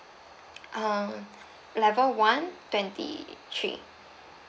err level one twenty three